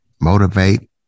motivate